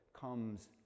comes